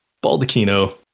Baldacchino